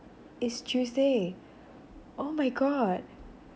it's tuesday oh my god